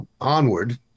onward